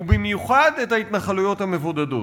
ובמיוחד את ההתנחלויות המבודדות.